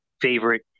favorite